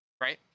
right